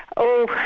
oh,